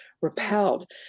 repelled